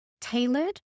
Tailored